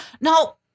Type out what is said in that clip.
Now